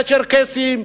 לצ'רקסים,